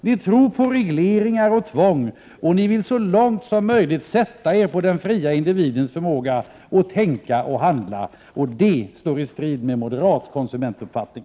Ni tror nämligen på regleringar, tvång. Ni vill så långt som det är möjligt sätta er över den fria individens förmåga att tänka och handla — och det står i strid med moderat konsumenttänkande.